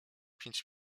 pięć